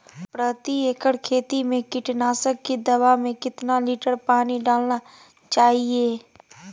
प्रति एकड़ खेती में कीटनाशक की दवा में कितना लीटर पानी डालना चाइए?